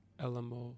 LMO